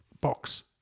box